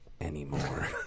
anymore